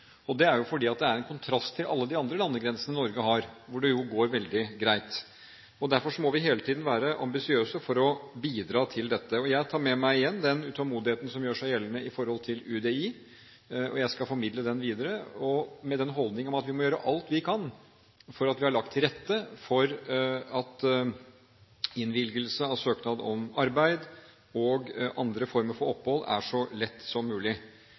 Det er fordi det er en kontrast til alle de andre landegrensene Norge har, hvor det jo går veldig greit. Derfor må vi hele tiden være ambisiøse med hensyn til dette. Jeg tar igjen med meg den utålmodigheten som gjør seg gjeldende overfor UDI, og jeg skal formidle den videre, med den holdningen at vi må gjøre alt vi kan for at det blir lagt til rette for at innvilgelse av søknad om arbeid og andre former for opphold er så lett som mulig.